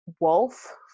wolf